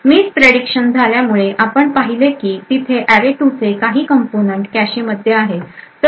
miss prediction झाल्यामुळे आपण पाहिले की तिथे array2 चे काही कंपोनेंट कॅशे मध्ये आहे